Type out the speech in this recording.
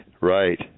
right